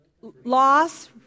Loss